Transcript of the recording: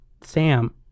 Sam